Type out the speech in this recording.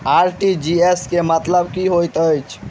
RTGS केँ मतलब की हएत छै?